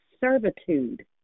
servitude